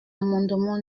l’amendement